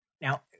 Now